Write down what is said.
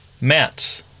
matt